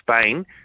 Spain